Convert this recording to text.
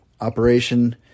Operation